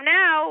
now